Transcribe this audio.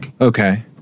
okay